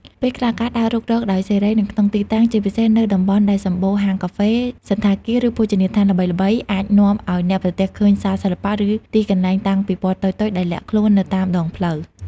ពេលខ្លះ ការដើររុករកដោយសេរីនៅក្នុងទីក្រុង ជាពិសេសនៅតំបន់ដែលសម្បូរហាងកាហ្វេ សណ្ឋាគារ ឬភោជនីយដ្ឋានល្បីៗ អាចនាំឲ្យអ្នកប្រទះឃើញសាលសិល្បៈ ឬទីកន្លែងតាំងពិពណ៌តូចៗដែលលាក់ខ្លួននៅតាមដងផ្លូវ។